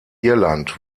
irland